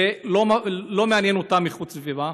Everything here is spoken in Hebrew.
ולא מעניינת אותם הסביבה.